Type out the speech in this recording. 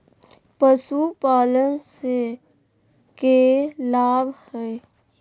पशुपालन से के लाभ हय?